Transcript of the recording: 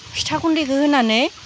फिथा गुन्दैखौ होनानै